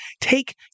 take